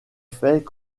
fait